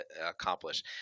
accomplish